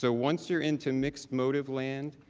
so once your into mixed motive lane,